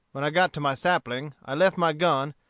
when i got to my sapling, i left my gun,